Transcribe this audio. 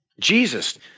Jesus